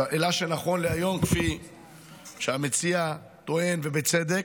אלא שנכון להיום, כפי שהמציע טוען, ובצדק,